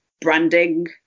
branding